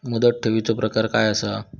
मुदत ठेवीचो प्रकार काय असा?